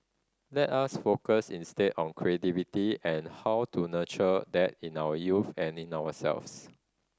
let us focus instead on creativity and how to nurture that in our youth and in ourselves